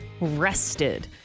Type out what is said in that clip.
rested